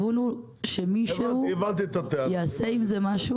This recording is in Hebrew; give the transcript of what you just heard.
הכיוון הוא שמישהו יעשה עם זה משהו,